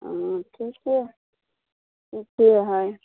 हम्म ठीके है ठीके है